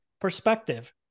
perspective